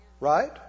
right